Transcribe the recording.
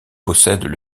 possèdent